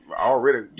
already